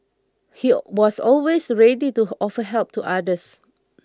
he was always ready to offer help to others